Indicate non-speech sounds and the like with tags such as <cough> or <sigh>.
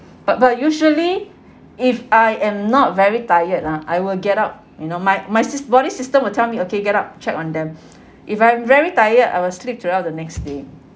but but usually if I am not very tired lah I will get up you know my my sys~ body system will tell me okay get up check on them <breath> if I'm very tired I will sleep throughout the next day